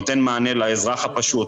נותן מענה לאזרח הפשוט,